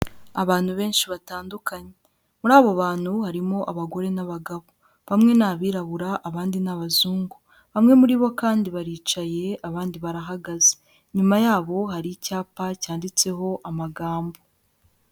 Abantu benshi batandukanye muri abo bantu harimo abagore n'abagabo bamwe ni abirabura abandi n'abazungu bamwe muri bo kandi baricaye abandi barahagaze nyuma yabo hari icyapa cyanditseho amagambo.